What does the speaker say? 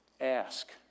ask